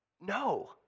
No